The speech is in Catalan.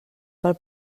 pel